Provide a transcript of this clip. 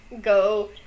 go